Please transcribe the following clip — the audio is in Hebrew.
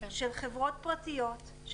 נהגים של חברות פרטיות,